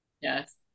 Yes